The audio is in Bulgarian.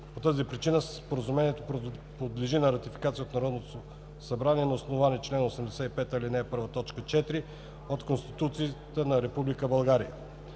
По тази причина Споразумението подлежи на ратификация от Народното събрание на основание чл. 85, ал. 1, т. 4 от Конституцията на